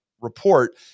report